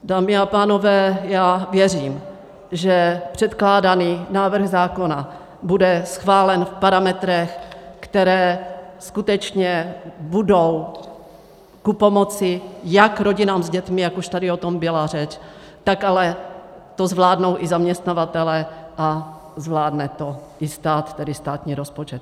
Dámy a pánové, já věřím, že předkládaný návrh zákona bude schválen v parametrech, které skutečně budou ku pomoci jak rodinám s dětmi, jak už tady o tom byla řeč, tak to zvládnou i zaměstnavatelé a zvládne to i stát, tedy státní rozpočet.